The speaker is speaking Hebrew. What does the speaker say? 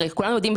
הרי כולנו יודעים,